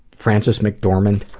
francis mcdormett